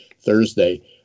Thursday